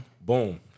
boom